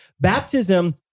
baptism